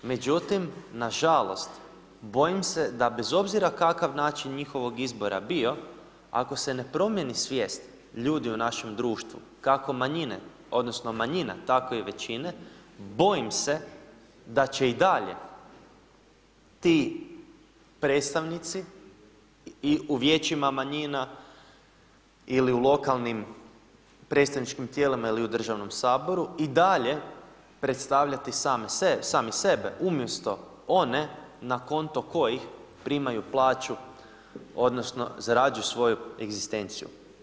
Međutim, nažalost bojim se da bez obzira kakav način njihovog izbora bio, ako se ne promijeni svijest ljudi u našem društvu, kako manjine odnosno manjina tako i većine, bojim se da će i dalje ti predstavnici u vijećima manjina ili u lokalnim predstavničkim tijelima ili u državnom saboru i dalje predstavljati sami sebe umjesto one na konto kojih primaju plaću odnosno zarađuju svoju egzistenciju.